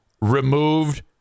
removed